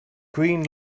green